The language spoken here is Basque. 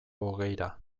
hogeira